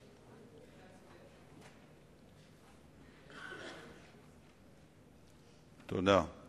תודה.